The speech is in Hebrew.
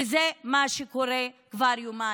וזה מה שקורה כבר יומיים,